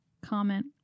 Comment